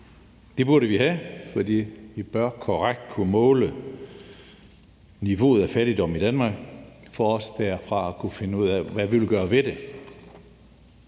Det burde vi have, for vi bør korrekt kunne måle niveauet af fattigdom i Danmark for også derfra at kunne finde ud af, hvad vi vil gøre ved det